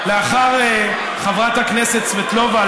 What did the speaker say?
חברת הכנסת סבטלובה,